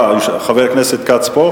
חבר הכנסת כץ פה?